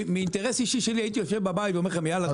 מהאינטרס האישי שלי הייתי יושב בבית ואומר לכם: יאללה,